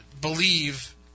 believe